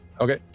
Okay